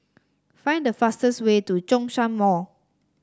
find the fastest way to Zhongshan Mall